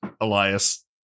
elias